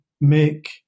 make